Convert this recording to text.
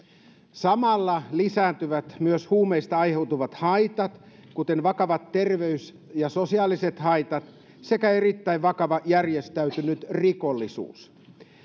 samalla lisääntyvät myös huumeista aiheutuvat haitat kuten vakavat terveys ja sosiaaliset haitat sekä erittäin vakava järjestäytynyt rikollisuus